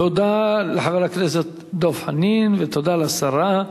תודה לחבר הכנסת דב חנין ותודה לשרה.